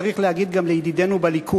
צריך גם להגיד לידידינו בליכוד: